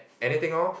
anything loh